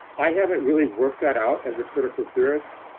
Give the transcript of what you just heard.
i haven't really worked that out as a critical theorist.